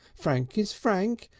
frank is frank,